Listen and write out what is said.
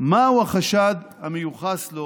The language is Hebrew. מהו החשד המיוחס לו